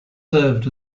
served